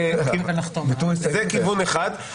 קיימנו דיון ראשון בעניין.